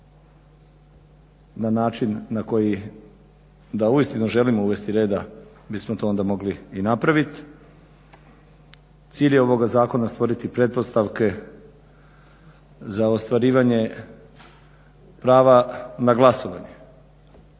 na način na koji da uistinu želimo uvesti reda bismo to onda i mogli napraviti. Cilj je ovoga zakona stvoriti pretpostavke za ostvarivanje prava na glasovanje